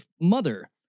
mother